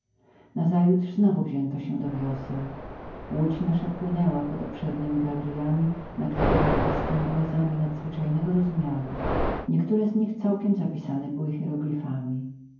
nazajutrz znowu wzięto się do wioseł łódź nasza płynęła pod obszernemi galeryami nakrytemi płaskiemi głazami nadzwyczajnego rozmiaru niektóre z nich całkiem zapisane były